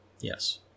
Yes